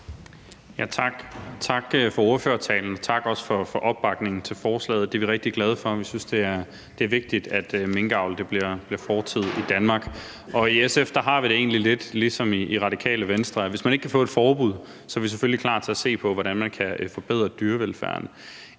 Tak for ordførertalen, og tak også for opbakningen til forslaget. Det er vi rigtig glade for. Vi synes, det er vigtigt, at minkavl bliver fortid i Danmark. I SF har vi det egentlig lidt ligesom i Radikale Venstre: Hvis man ikke kan få et forbud, er vi selvfølgelig klar til at se på, hvordan man kan forbedre dyrevelfærden.